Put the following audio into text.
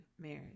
marriage